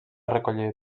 recollit